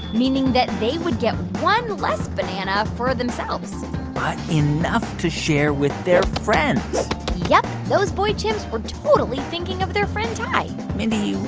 meaning that they would get one less banana for themselves but enough to share with their friends yep. those boy chimps were totally thinking of their friend tai mindy,